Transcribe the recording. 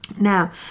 Now